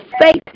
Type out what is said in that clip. faith